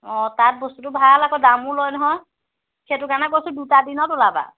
অঁ তাত বস্তুটো ভাল আকৌ দামো লয় নহয় সেইটো কাৰণে কৈছোঁ দুটা দিনত ওলাবা